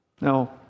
Now